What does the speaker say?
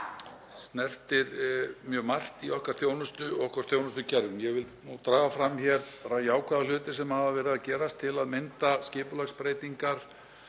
og snertir mjög margt í okkar þjónustu og okkar þjónustukerfum. Ég vil draga fram jákvæða hluti sem hafa verið að gerast, til að mynda skipulagsbreytingar